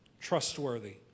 trustworthy